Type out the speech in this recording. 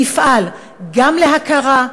נפעל גם להכרה,